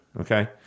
Okay